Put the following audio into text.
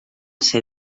ser